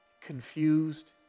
confused